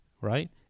right